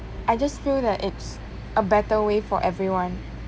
I just feel that it's a better way for everyone